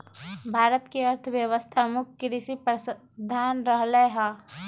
भारत के अर्थव्यवस्था मुख्य कृषि प्रधान रहलै ह